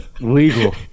legal